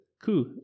Cool